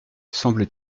semble